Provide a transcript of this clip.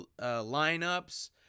lineups